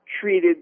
treated